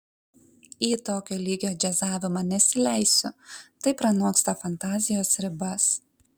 į tokio lygio džiazavimą nesileisiu tai pranoksta fantazijos ribas